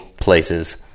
places